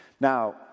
Now